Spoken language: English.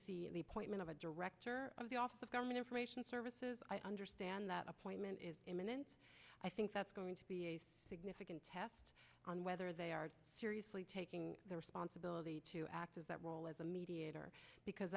see the point the director of the office of government information services i understand that appointment is imminent i think that's going to be a significant test on whether they are seriously taking the responsibility to act as that role as a mediator because